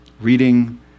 Reading